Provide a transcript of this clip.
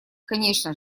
конечно